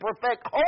perfect